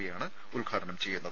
പിയാണ് ഉദ്ഘാടനം ചെയ്യുന്നത്